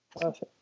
Perfect